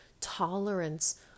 Tolerance